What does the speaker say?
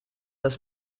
das